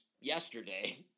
yesterday